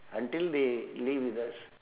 until they live with us